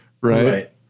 Right